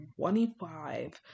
25